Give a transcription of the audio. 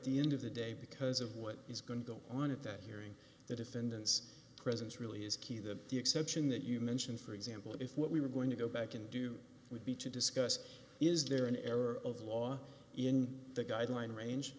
the end of the day because of what is going to go on at that hearing the defendant's presence really is key that the extension that you mention for example if what we were going to go back and do would be to discuss is there an error of law in the guideline range